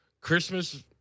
Christmas